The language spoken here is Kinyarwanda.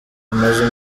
amazu